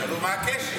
שאלו מה הקשר.